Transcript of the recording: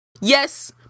yes